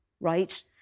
right